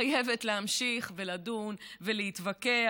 חייבת להמשיך ולדון ולהתווכח.